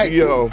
yo